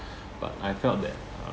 but I felt that uh